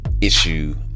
issue